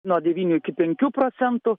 nuo devynių iki penkių procentų